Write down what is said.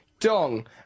Dong